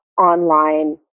online